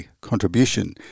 contribution